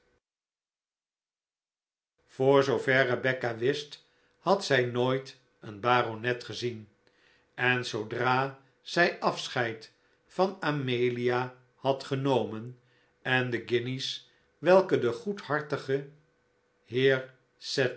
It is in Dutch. voor zoover rebecca wist had zij nooit een baronet gezien en zoodra zij afscheid van amelia had genomen en de guinjes welke de goedhartige